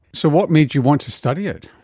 so what made you want to study it?